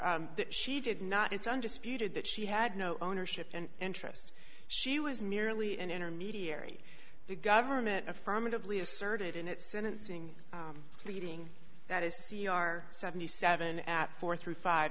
r she did not it's undisputed that she had no ownership and interest she was merely an intermediary the government affirmatively asserted in its sentencing pleading that his c r seventy seven at four through five